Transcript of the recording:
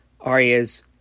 arias